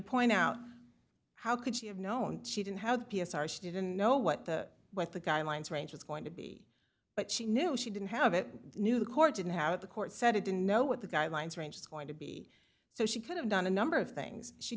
point out how could she have known she didn't how the p s r she didn't know what the what the guidelines range was going to be but she knew she didn't have it knew the court didn't have it the court said it didn't know what the guidelines range is going to be so she could have done a number of things she